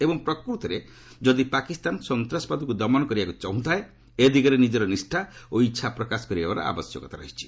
ଏବଂ ପ୍ରକୃତରେ ଯଦି ପାକିସ୍ତାନ ସନ୍ତାସବାଦକୁ ଦମନ କରିବାକୁ ଚାହୁଁଥାଏ ଏ ଦିଗରେ ନିଜର ନିଷ୍ଠା ଓ ଇଚ୍ଛା ପ୍ରକାଶ କରିବାର ଆବଶ୍ୟକତା ରହିଛି